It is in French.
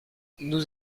nous